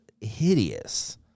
hideous